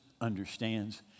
understands